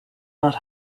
not